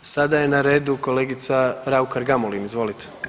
Sada je na redu kolegica RAukar Gamulin, izvolite.